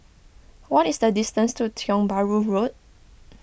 what is the distance to Tiong Bahru Road